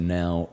now